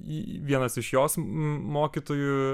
į vienas iš jos mokytojų